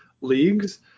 leagues